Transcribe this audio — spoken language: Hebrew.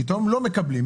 פתאום הם לא מקבלים,